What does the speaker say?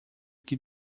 que